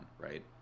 right